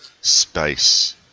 space